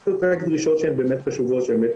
הן צריכות להיות דרישות שהן באמת חשובות ובאמת